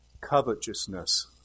covetousness